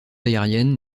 aériennes